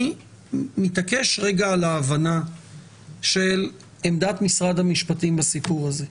אני מתעקש על ההבנה של עמדת משרד המשפטים בסיפור הזה.